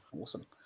Awesome